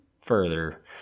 further